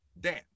Dan